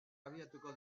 abiatuko